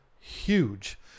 huge